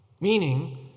Meaning